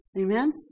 Amen